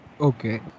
Okay